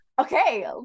Okay